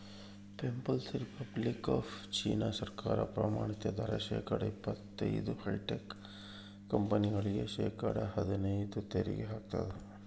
people's republic of China ಸರ್ಕಾರ ಪ್ರಮಾಣಿತ ದರ ಶೇಕಡಾ ಇಪ್ಪತೈದು ಹೈಟೆಕ್ ಕಂಪನಿಗಳಿಗೆ ಶೇಕಡಾ ಹದ್ನೈದು ತೆರಿಗೆ ಹಾಕ್ತದ